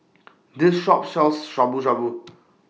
This Shop sells Shabu Shabu